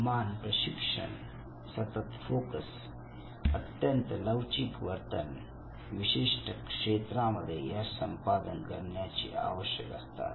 किमान प्रशिक्षण सतत फोकस अत्यंत लवचिक वर्तन विशिष्ट क्षेत्रांमध्ये यश संपादन करण्यासाठी आवश्यक असतात